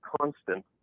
constant